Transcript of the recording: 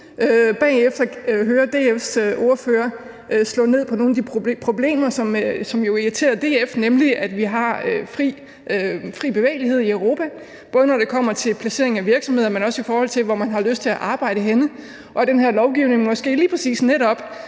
bagefter høre DF's ordfører slå ned på nogle af de problemer, som jo irriterer DF, nemlig at vi har fri bevægelighed i Europa, både når det kommer til placering af virksomheder, men også i forhold til hvor man har lyst til at arbejde henne, og at den her lovgivning måske lige præcis netop